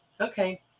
okay